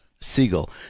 Siegel